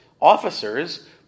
officers